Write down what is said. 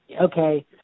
okay